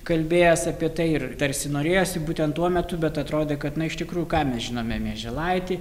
kalbėjęs apie tai ir tarsi norėjosi būtent tuo metu bet atrodė kad iš tikrųjų ką mes žinome mieželaitį